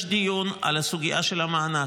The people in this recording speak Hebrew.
יש דיון על הסוגיה של המענק.